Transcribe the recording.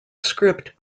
script